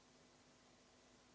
Hvala.